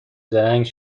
زرنگ